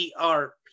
ERP